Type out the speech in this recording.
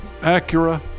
Acura